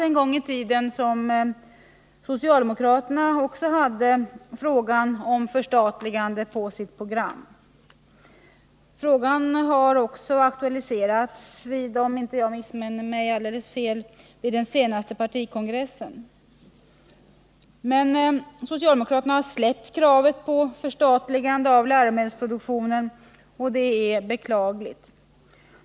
En gång i tiden hade också socialdemokraterna frågan om förstatligande på sitt program. Frågan har också aktualiserats vid — om jag inte missminner mig — den senaste partikongressen, men socialdemokraterna har nu släppt kravet på förstatligande av läromedelsproduktionen. Detta är beklagligt.